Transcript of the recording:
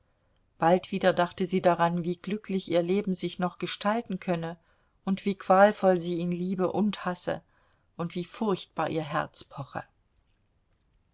bald wieder dachte sie daran wie glücklich ihr leben sich noch gestalten könne und wie qualvoll sie ihn liebe und hasse und wie furchtbar ihr herz poche